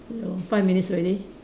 ya lor five minutes already